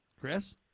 Chris